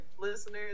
listeners